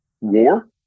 war